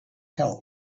help